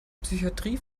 psychatrie